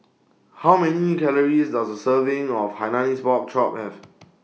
How Many Calories Does A Serving of Hainanese Pork Chop Have